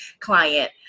client